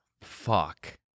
Fuck